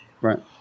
right